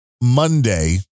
Monday